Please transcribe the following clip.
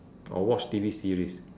or watch T_V series